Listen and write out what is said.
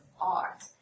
art